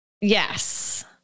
Yes